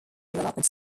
development